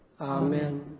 Amen